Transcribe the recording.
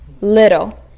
little